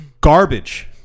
garbage